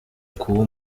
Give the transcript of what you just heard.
k’uwo